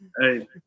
Hey